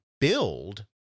build